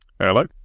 Hello